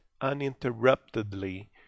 uninterruptedly